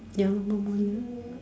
ya lor not morning